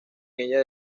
ellas